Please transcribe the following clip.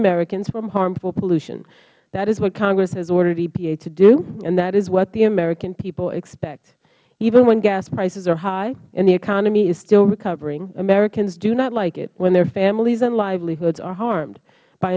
americans from harmful pollution that is what congress has ordered epa to do and that is what the american people expect even when gas prices are high and the economy is still recovering americans do not like it when their families and livelihoods are harmed by